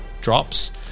drops